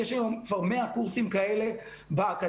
יש היום כבר 100 קורסים כאלה באקדמיה.